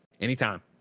Anytime